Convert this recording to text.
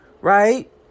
right